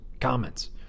comments